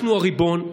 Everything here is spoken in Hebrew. אנחנו הריבון.